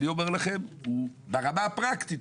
אני אומר לכם ברמה הפרקטית,